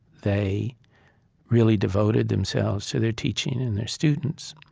they really devoted themselves to their teaching and their students,